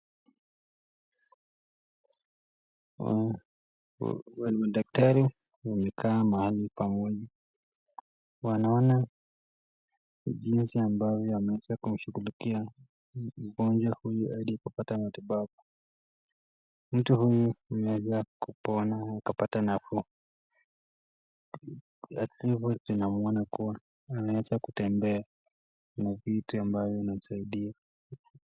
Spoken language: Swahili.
Wale madaktari wamekaa mahali pamoja. Wanaona jinsi ambavyo ameweza kumshughulikia mgonjwa huyu hadi kupata matibabu. Mtu huyu ameweza kupona akapata na ku Na hivyo tunamuona kuwa anaweza kutembea na viti ambavyo inamsaidia.